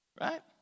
Right